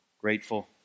Grateful